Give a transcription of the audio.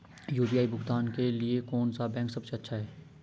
UPI भुगतान के लिए कौन सा बैंक सबसे अच्छा है?